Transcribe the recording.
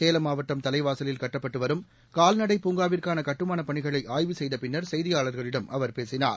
சேலம் மாவட்டம் தலைவாகலில் கட்டப்பட்டு வரும் கால்நடை பூங்கா விற்கான கட்டுமானப் பணிகளை ஆய்வு செய்த பின்னர் செய்தியாளர்களிடம் அவர் பேசினார்